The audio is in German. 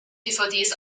dvds